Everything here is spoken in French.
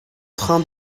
train